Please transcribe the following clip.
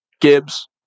Gibbs